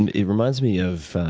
and it reminds me of